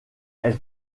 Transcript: elle